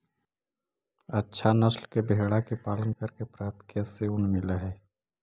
अच्छा नस्ल के भेडा के पालन करके प्राप्त केश से ऊन मिलऽ हई